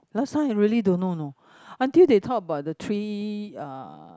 last time I really don't know you know until they talk about the three uh